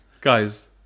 Guys